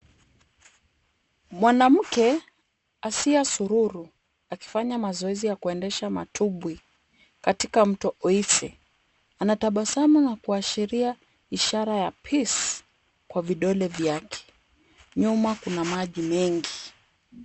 Mwanamke Asiya Sururu akifanya mazoezi ya kuendesha matubwi katika mto Oise. Anatabasamu na kuashiria ishara ya peace kwa vidole vyake. Nyuma kuna maji mengi.